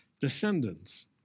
descendants